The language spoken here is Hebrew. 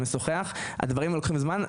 משוחח הדברים האלה לוקחים זמן,